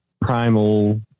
primal